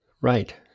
Right